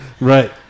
right